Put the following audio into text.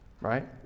right